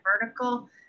vertical